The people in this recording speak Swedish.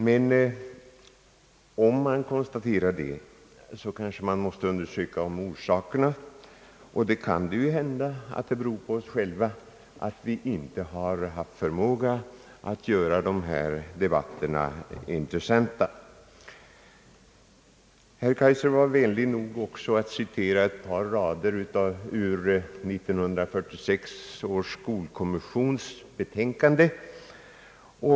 Men om man konstaterar detta bör man kanske också fundera över orsakerna, och då kan det ju hända att man finner att anledningen ligger hos oss själva, att vi inte haft förmåga att göra dessa debatter intressanta. Herr Kaijser var också vänlig nog att citera ett par rader ur 1946 års skolkommissions betänkande.